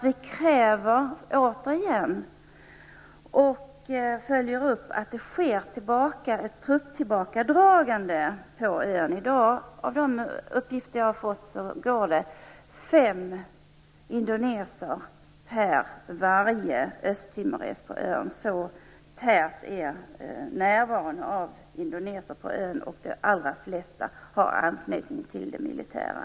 Vi måste återigen kräva och följa upp att det sker ett trupptillbakadragande från ön i dag. De uppgifter jag har fått är att det går fem indoneser på varje östtimores. Så tät är närvaron av indoneser på ön, och de flesta har anknytning till det militära.